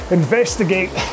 investigate